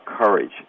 courage